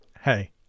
Hey